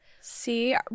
See